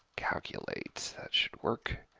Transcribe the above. calculate, that should work.